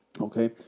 Okay